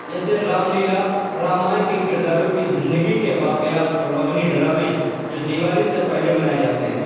جیسے رام لیلا رامائن کے کرداروں کی زندگی کے واقعات پر مبنی ڈرامے جو دیوالی سے پہلے منائے جاتے ہیں